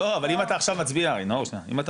נאור שניה,